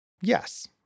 Yes